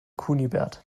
kunibert